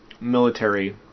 military